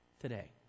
today